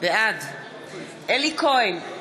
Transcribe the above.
בעד אלי כהן,